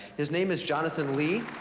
his name is jonathan lee.